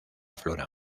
flora